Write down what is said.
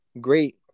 Great